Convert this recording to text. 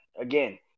Again